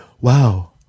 wow